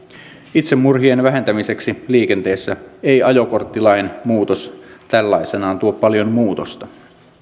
itsemurhien vähentämiseksi liikenteessä ei ajokorttilain muutos tällaisenaan tuo paljon muutosta